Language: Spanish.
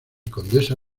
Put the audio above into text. condesa